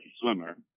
swimmer